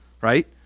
right